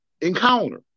encounter